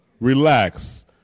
Relax